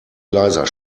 leiser